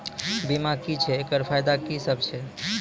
बीमा की छियै? एकरऽ फायदा की सब छै?